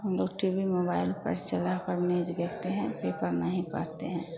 हम लोग T V mobile पर चलाकर न्यूज देखते हैं पेपर नहीं पढ़ते हैं